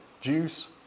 juice